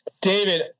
David